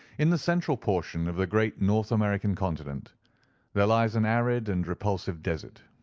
in the central portion of the great north american continent there lies an arid and repulsive desert,